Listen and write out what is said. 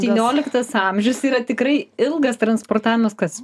tynioliktas amžius yra tikrai ilgas transportavimas kas